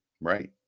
Right